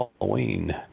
Halloween